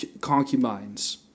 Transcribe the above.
concubines